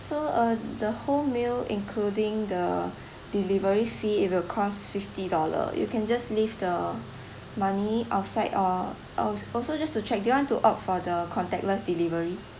so uh the whole meal including the delivery fee it will cost fifty dollar you can just leave the money outside uh al~ also just to check do you want to opt for the contactless delivery